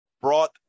brought